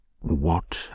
What